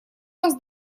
вас